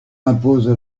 impose